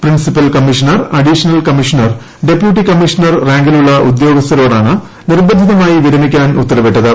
principal commissioner additional commissioner deputy commissioner റാങ്കിലുള്ള ഉദ്യോഗസ്ഥരോടാണ് നിർബന്ധിതമായി വിരമിക്കാൻ ഉത്തരവിട്ടത്